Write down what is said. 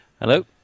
Hello